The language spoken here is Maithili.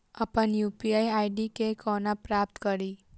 अप्पन यु.पी.आई आई.डी केना पत्ता कड़ी?